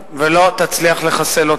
אז זה לא מעשה של בן-גוריון ולא מעשה של שרון,